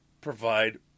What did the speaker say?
provide